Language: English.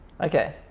Okay